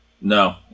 No